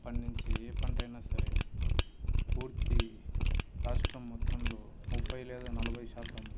పండించే ఏ పంటైనా సరే పూర్తి రాష్ట్రం మొత్తంలో ముపై లేదా నలభై శాతం